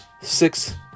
six